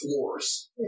floors